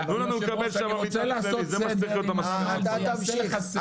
--- אתה תמשיך.